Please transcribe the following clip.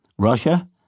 Russia